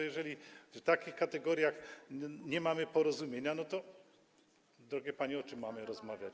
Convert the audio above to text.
Jeżeli w takich kategoriach nie mamy porozumienia, to, drogie panie, o czym mamy rozmawiać?